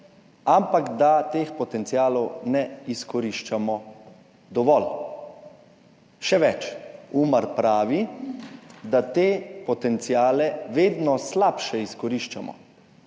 ampak da teh potencialov ne izkoriščamo dovolj. Še več, UMAR pravi, da te potenciale vedno slabše izkoriščamo,